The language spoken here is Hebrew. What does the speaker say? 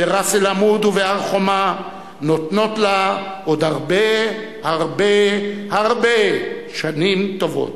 בראס-אל-עמוד ובהר-חומה נותנות לה עוד הרבה הרבה הרבה שנים טובות.